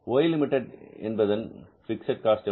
Y limited என்பதன் fixed cost எவ்வளவு